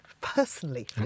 personally